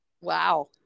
Wow